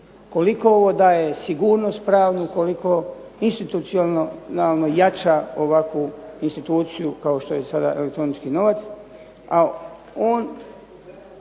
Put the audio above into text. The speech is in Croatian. Koliko ovo daje sigurnost pravnu, koliko institucionalno jača ovakvu instituciju kao što je sada elektronički novac.